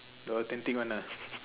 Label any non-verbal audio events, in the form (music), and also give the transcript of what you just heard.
the authentic one ah (laughs)